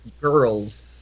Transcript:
Girls